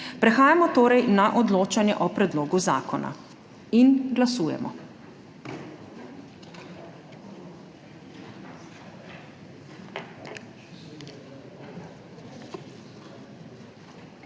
Prehajamo torej na odločanje o predlogu zakona. Glasujemo.